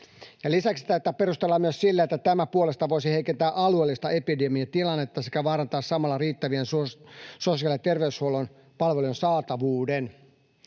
Lisäksi tätä perustellaan myös sillä, että tämä puolestaan voisi heikentää alueellista epidemiatilannetta sekä vaarantaa samalla riittävien sosiaali‑ ja terveyshuollon palvelujen saatavuuden.